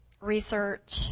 research